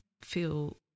feel